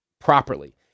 properly